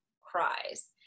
cries